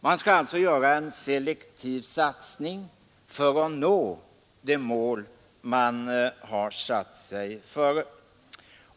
Man skall alltså göra en selektiv satsning för att nå det mål man har satt sig före.